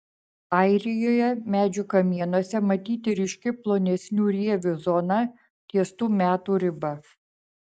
airijoje medžių kamienuose matyti ryški plonesnių rievių zona ties tų metų riba